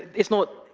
it's not,